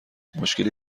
مشکلی